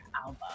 album